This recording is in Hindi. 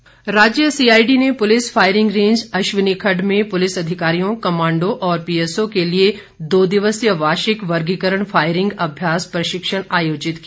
फायरिंग राज्य सीआईडी ने पुलिस फायरिंग रेंज अश्वनी खड़ड में पुलिस अधिकारियों कमांडों और पी एसओ के लिए दो दिवसीय वार्षिक वर्गीकरण फायरिंग अभ्यास प्रशिक्षण आयोजित किया